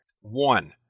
One